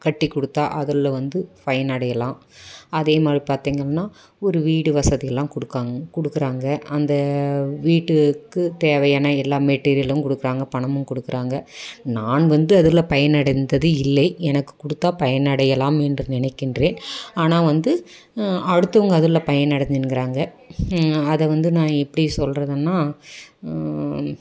கட்டிக் கொடுத்தா அதில் வந்து பயனடையலாம் அதே மாதிரி பார்த்தீங்கன்னா ஒரு வீடு வசதிலாம் குடுக்காங் கொடுக்குறாங்க அந்த வீட்டுக்குத் தேவையான எல்லா மெட்டீரியலும் கொடுக்குறாங்க பணமும் கொடுக்குறாங்க நான் வந்து அதில் பயனடைந்தது இல்லை எனக்கு கொடுத்தா பயனடையலாம் என்று நினைக்கின்றேன் ஆனால் வந்து அடுத்தவங்க அதில் பயனடைஞ்சின்னுக்குறாங்க அதை வந்து நான் எப்படி சொல்கிறதுனா